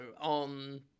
on